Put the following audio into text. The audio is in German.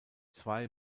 zwei